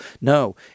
No